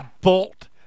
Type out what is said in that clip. bolt